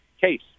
case